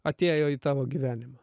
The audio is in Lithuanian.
atėjo į tavo gyvenimą